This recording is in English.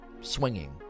swinging